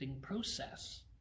process